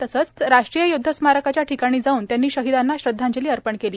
तसंच राष्ट्रीय युध्दस्मारकाच्या ठिकाणी जाऊन त्यांनी शहिदांना श्रध्दांजली अर्पण केली